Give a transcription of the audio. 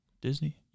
Disney